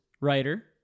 Writer